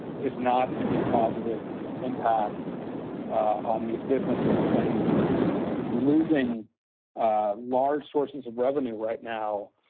is not a dispositive impact on these businesses and losing large sources of revenue right now,